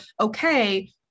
okay